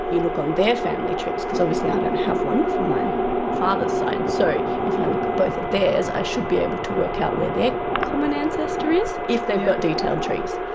you on their family trees because obviously i don't have one from my father's side, so if i look at both of theirs i should be able to work out where their common ancestor is, if they've got detailed trees.